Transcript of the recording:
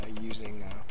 using